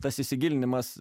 tas įsigilinimas